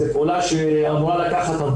אחרי שביצענו כאן לא מעט בירורים ברמה